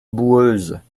boueuses